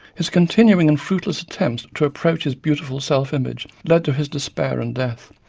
his continuing and fruitless attemptes to approach his beautiful self image led to his despair and death.